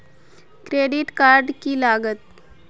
Credit card की लागत?